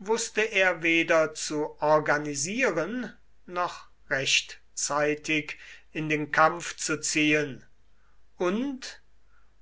wußte er weder zu organisieren noch rechtzeitig in den kampf zu ziehen und